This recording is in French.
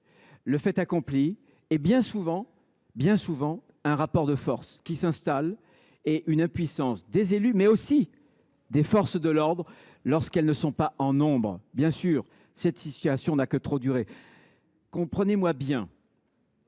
du fait accompli et, bien souvent, celui d’un rapport de force qui s’installe et de l’impuissance des élus ainsi que des forces de l’ordre, lorsque celles ci ne sont pas en nombre suffisant. Bien sûr, cette situation n’a que trop duré. Comprenez moi bien.